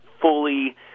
fully